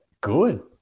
good